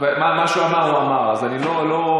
מה שהוא אמר הוא אמר, אז אני לא,